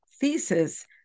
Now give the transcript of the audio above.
thesis